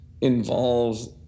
involves